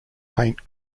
paint